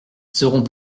seront